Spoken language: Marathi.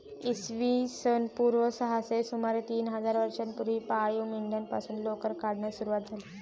इसवी सन पूर्व सहाशे सुमारे तीन हजार वर्षांपूर्वी पाळीव मेंढ्यांपासून लोकर काढण्यास सुरवात झाली